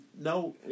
no